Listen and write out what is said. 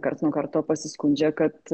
karts nuo karto pasiskundžia kad